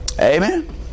Amen